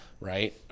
right